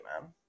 man